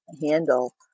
handle